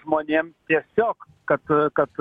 žmonėm tiesiog kad kad